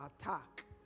attack